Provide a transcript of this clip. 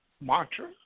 mantra